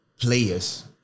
players